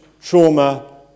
trauma